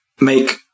make